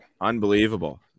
Unbelievable